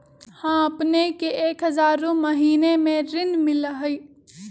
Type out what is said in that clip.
हां अपने के एक हजार रु महीने में ऋण मिलहई?